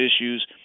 issues